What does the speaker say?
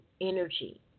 energy